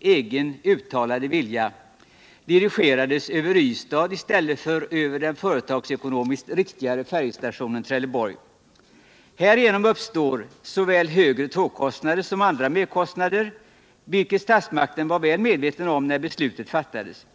egen uttalade vilja — dirigerades över Ystad i stället för över den företagsekonomiskt riktigare färjestationen Trelleborg. Härigenom uppstår såväl högre tågkostnader som andra merkostnader, vilket statsmakten var väl medveten om när beslutet fattades.